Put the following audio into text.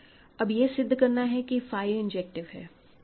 अब यह सिद्ध करना है कि फाई इंजेक्टिव है